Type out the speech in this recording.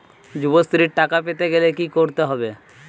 যুবশ্রীর টাকা পেতে গেলে কি করতে হবে?